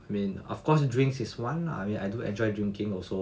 I mean of course drinks is one lah I mean I do enjoy drinking also